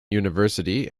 university